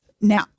Now